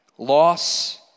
Loss